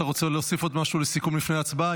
אתה רוצה להוסיף עוד משהו לסיכום לפני הצבעה?